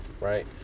right